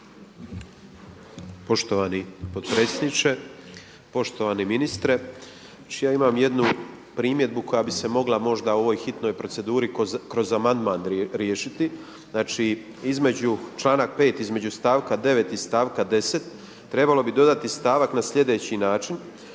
Poštovani potpredsjedniče, poštovani ministre. Znači ja imam jednu primjedbu koja bi se mogla možda u ovoj hitnoj proceduri kroz amandman riješiti. Znači između članak 5. između stavka 9. i stavka 10. trebalo bi dodati stavak na sljedeći način.